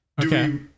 Okay